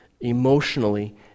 emotionally